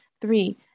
Three